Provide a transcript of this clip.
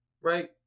right